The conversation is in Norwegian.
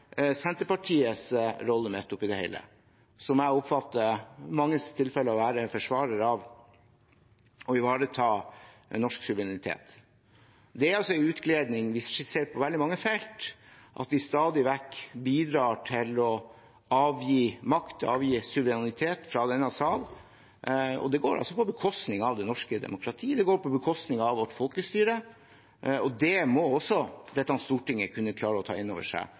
Senterpartiets rolle midt oppi det hele, et parti som jeg i mange tilfeller oppfatter å være en forsvarer av å ivareta norsk suverenitet. Det er en utglidning vi ser på veldig mange felt, at vi stadig vekk bidrar til å avgi makt, avgi suverenitet, fra denne sal. Det går på bekostning av det norske demokrati, det går på bekostning av vårt folkestyre. Det må også dette stortinget kunne klare å ta innover seg